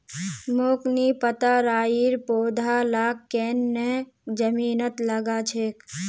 मोक नी पता राइर पौधा लाक केन न जमीनत लगा छेक